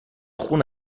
خون